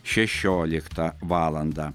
šešioliktą valandą